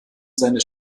seine